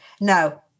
no